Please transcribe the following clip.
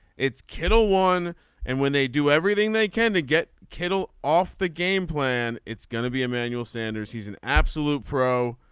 it's kittel one and when they do everything they can to get kittle off the gameplan it's going to be emmanuel sanders he's an absolute pro.